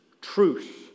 truth